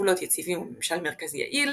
גבולות יציבים וממשל מרכזי יעיל,